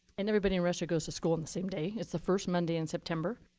and everybody in russia goes to school on the same day. it's the first monday in september,